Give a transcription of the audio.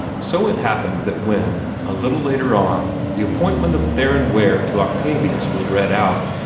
so it happened that when, a little later on, the appointment of theron ware to octavius was read out,